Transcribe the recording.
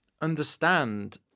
understand